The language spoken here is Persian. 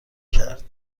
کرد